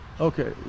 Okay